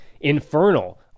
infernal